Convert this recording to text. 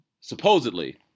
supposedly